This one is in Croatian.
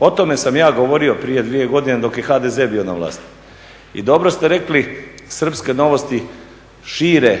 o tome sam ja govorio prije 2 godine dok je HDZ bio na vlasti i dobro ste rekli, srpske novosti šire